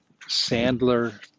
sandler